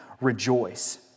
rejoice